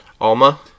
Alma